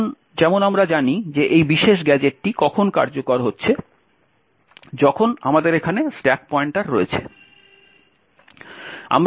এখন যেমন আমরা জানি যে এই বিশেষ গ্যাজেটটি কখন কার্যকর হচ্ছে যখন আমাদের এখানে স্ট্যাক পয়েন্টার রয়েছে